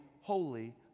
holy